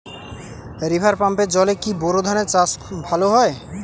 River পাম্পের জলে কি বোর ধানের চাষ ভালো হয়?